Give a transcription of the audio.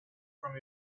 from